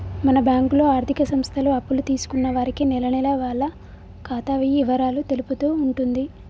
మన బ్యాంకులో ఆర్థిక సంస్థలు అప్పులు తీసుకున్న వారికి నెలనెలా వాళ్ల ఖాతా ఇవరాలు తెలుపుతూ ఉంటుంది